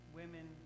women